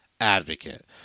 advocate